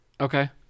Okay